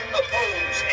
oppose